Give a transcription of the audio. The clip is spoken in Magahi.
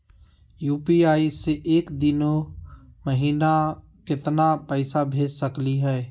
यू.पी.आई स एक दिनो महिना केतना पैसा भेज सकली हे?